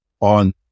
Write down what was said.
on